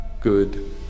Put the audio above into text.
good